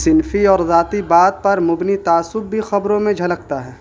صنفی اور ذاتی بات پر مبنی تعصب بھی خبروں میں جھلکتا ہے